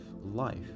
life